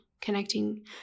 connecting